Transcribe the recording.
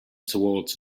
towards